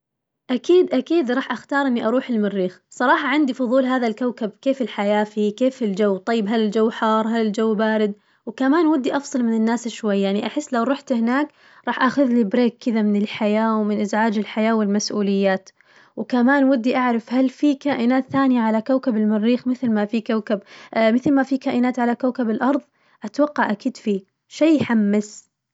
أكيد أكيد راح أختار إني أروح المريخ، صراحة عندي فظول هذا الكوكب كيف الحياة فيه؟ كيف الجو؟ طيب هل الجو حار؟ هل الجو بارد؟ وكمان ودي أفصل من الناس شوية يعني أحس لو روحت هناك راح آخذلي بريك كذا من الحياة ومن ازعاج الحياة والمسئوليات، وكمان ودي أعرف هل في كائنات ثانية على كوكب المريخ مثل ما في كوكب مثل ما في كائنات على كوكب الأرض، أتوقع أكيد في، شي يحمس.